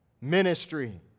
ministry